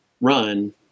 run